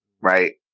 right